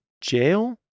jail